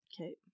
Okay